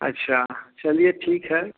अच्छा चलिए ठीक है